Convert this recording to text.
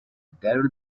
daryl